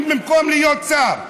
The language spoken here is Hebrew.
במקום להיות שר.